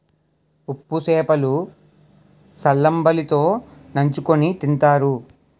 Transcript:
ఉప్పు సేప లు సల్లంబలి తో నంచుకుని తింతారు